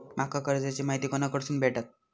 माका कर्जाची माहिती कोणाकडसून भेटात?